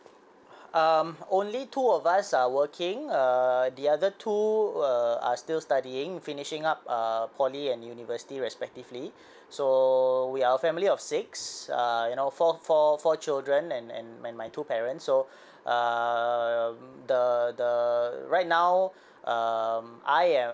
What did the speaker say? um only two of us are working err the other two err are still studying finishing up uh poly and university respectively so we are a family of six ah you know four four four children and and and my two parents so um the the right now um I and